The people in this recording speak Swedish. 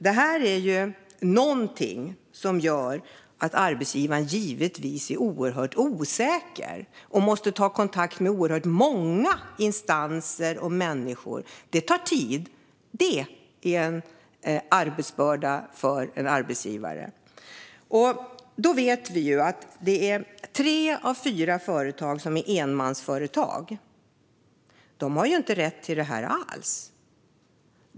Det här gör givetvis att arbetsgivaren är oerhört osäker och måste ta kontakt med oerhört många instanser och människor. Det tar tid, och det är en arbetsbörda för en arbetsgivare. Tre av fyra företag är enmansföretag. De har inte rätt till det här alls.